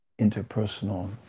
interpersonal